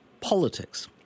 politics